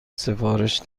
سفارش